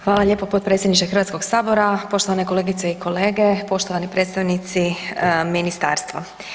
Hvala lijepo, potpredsjedniče Hrvatskog sabora, poštovane kolegice i kolege, poštovani predstavnici ministarstva.